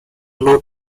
low